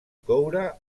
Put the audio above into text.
coure